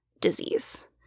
disease